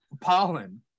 Pollen